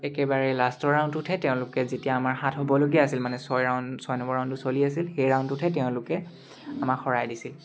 একেবাৰে লাষ্টৰ ৰাউণ্ডটোতহে তেওঁলোকে যেতিয়া আমাৰ সাত হ'বলগীয়া আছিল মানে ছয় ৰাউণ্ড ছয় নম্বৰ ৰাউণ্ডটো চলি আছিল সেই ৰাউণ্ডটোতেই তেওঁলোকে আমাক হৰাই দিছিল